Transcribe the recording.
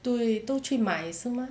对都去买是吗